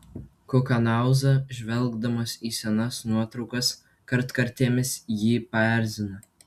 kukanauza žvelgdamas į senas nuotraukas kartkartėmis jį paerzina